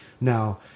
now